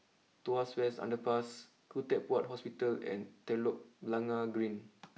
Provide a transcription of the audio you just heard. Tuas West Underpass Khoo Teck Puat Hospital and Telok Blangah Green